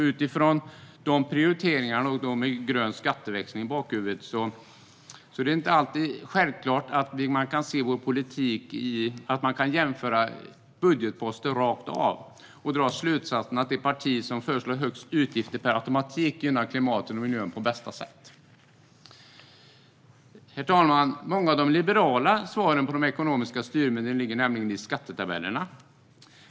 Utifrån de prioriteringarna, och med en grön skatteväxling i bakhuvudet, är det inte alltid självklart att man kan jämföra budgetposter rakt av och dra slutsatsen att det parti som föreslår högst utgifter per automatik gynnar klimatet och miljön på bästa sätt. Herr talman! Många av de liberala svaren gällande de ekonomiska styrmedlen ligger i skattetabellerna.